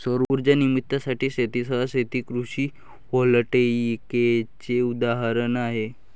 सौर उर्जा निर्मितीसाठी शेतीसह शेती हे कृषी व्होल्टेईकचे उदाहरण आहे